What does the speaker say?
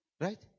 right